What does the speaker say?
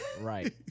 Right